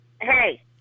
Hey